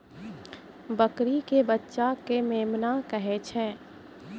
बकरी के बच्चा कॅ मेमना कहै छै